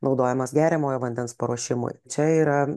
naudojamas geriamojo vandens paruošimui čia yra